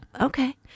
Okay